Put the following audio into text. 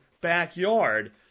backyard